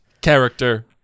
character